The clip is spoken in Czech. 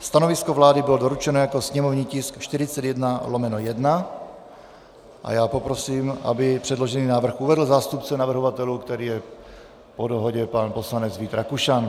Stanovisko vlády bylo doručeno jako sněmovní tisk 41/1 a já poprosím, aby předložený návrh uvedl zástupce navrhovatelů, kterým je po dohodě pan poslanec Vít Rakušan.